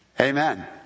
Amen